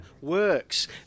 works